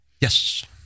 Yes